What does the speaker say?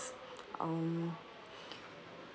um